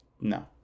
No